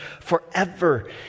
forever